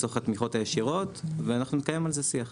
לצורך התמיכות הישירות ואנחנו נקיים על זה שיח.